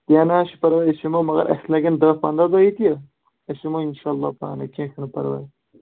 کیٚنٛہہ نہَ حظ چھُ پَرواے أسۍ یِمو مگر اَسہِ لَگن دَہ پنٛداہ دۄہ ییٚتہِ أسۍ یِمو اِنشاء اللہ پانَے کیٚنٛہہ چھُنہٕ پَرواے